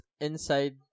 inside